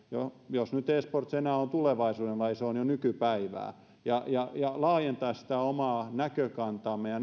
jos nyt e sports enää on tulevaisuuden laji kun se on jo nykypäivää ja ja laajentaa sitä omaa näkökantaamme ja